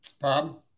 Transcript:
Bob